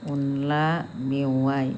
अनला मेवाइ